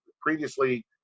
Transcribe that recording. previously